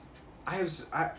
I also I